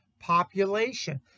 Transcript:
population